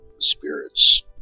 spirits